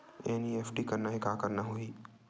NEFT करना हे का करना होही?